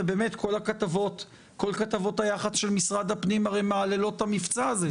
ובאמת כל כתבות היח"צ של משרד הפנים הרי מהללות את המבצע הזה.